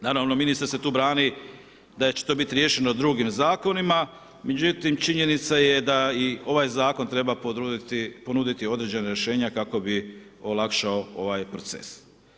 Naravno ministar se tu brani da će to biti riješeno drugim zakonima, međutim činjenica je da i ovaj zakon treba ponuditi određena rješenja kako bi olakšao ovaj proces.